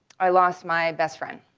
i lost my best friend.